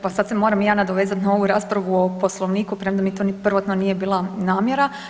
Pa sad se moram i ja nadovezati na ovu raspravu o Poslovniku premda mi to prvotno nije bila namjera.